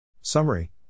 Summary